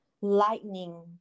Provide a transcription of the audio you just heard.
lightning